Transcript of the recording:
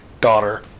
daughter